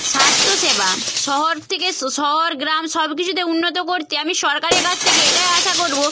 স্বাস্থ্যসেবা শহর থেকে শহর গ্রাম সব কিছুতে উন্নত করতে আমি সরকারের কাছ থেকে এটাই আশা করব